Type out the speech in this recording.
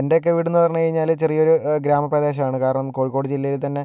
എൻ്റെയൊക്കെ വീട് എന്ന് പറഞ്ഞു കഴിഞ്ഞാല് ചെറിയൊരു ഗ്രാമപ്രദേശമാണ് കാരണം കോഴിക്കോട് ജില്ലയിൽ തന്നെ